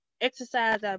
exercise